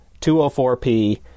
204P